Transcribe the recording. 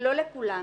לא לכולם יש.